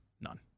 None